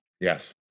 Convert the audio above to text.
Yes